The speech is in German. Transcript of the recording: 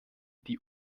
die